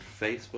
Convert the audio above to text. Facebook